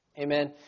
Amen